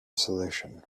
solution